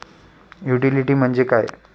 Utility म्हणजे काय?